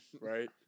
right